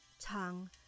tongue